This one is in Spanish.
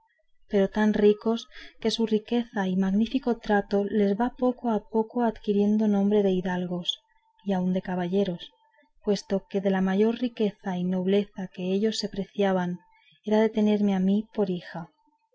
pero tan ricos que su riqueza y magnífico trato les va poco a poco adquiriendo nombre de hidalgos y aun de caballeros puesto que de la mayor riqueza y nobleza que ellos se preciaban era de tenerme a mí por hija